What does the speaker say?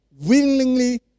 willingly